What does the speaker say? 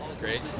Great